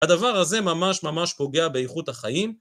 הדבר הזה ממש ממש פוגע באיכות החיים.